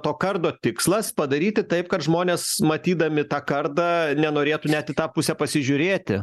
to kardo tikslas padaryti taip kad žmonės matydami tą kardą nenorėtų net į tą pusę pasižiūrėti